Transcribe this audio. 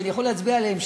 ואני יכול להצביע עליהם,